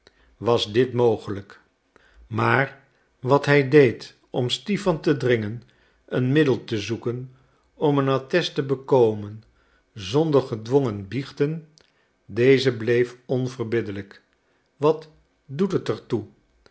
was dit mogelijk maar wat hij deed om stipan te dringen een middel te zoeken om een attest te bekomen zonder gedwongen biechten deze bleef onverbiddelijk wat doet t